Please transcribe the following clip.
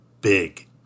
big